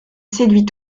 séduit